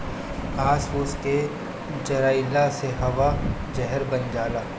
घास फूस के जरइले से हवा जहर बन जाला